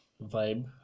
vibe